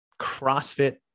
CrossFit